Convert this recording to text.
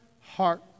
heart